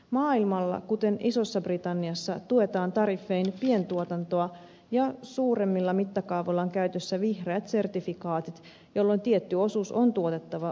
maailmalla kuten isossa britanniassa tuetaan tariffein pientuotantoa ja suuremmilla mittakaavoilla on käytössä vihreät sertifikaatit jolloin tietty osuus on tuotettava uusiutuvilla